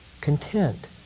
Content